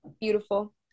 beautiful